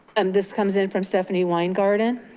and this comes in from stephanie weingarten.